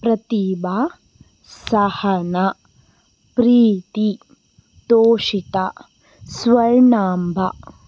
Pratibha Sahana Preethi Toshitha Swarnamba